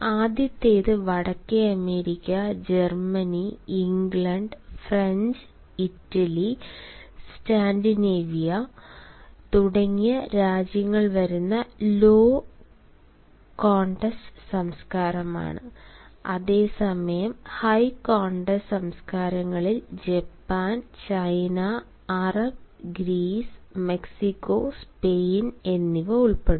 ആദ്യത്തേത് വടക്കേ America Germany England French Italy Scandinavia തുടങ്ങിയ രാജ്യങ്ങൾ വരുന്ന ലോ കോണ്ടെക്സ്റ് സംസ്കാരമാണ് അതേസമയം ഹൈ കോണ്ടെക്സ്റ് സംസ്കാരങ്ങളിൽ Japan China Arab Greece Mexico Spain എന്നിവ ഉൾപ്പെടുന്നു